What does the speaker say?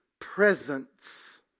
presence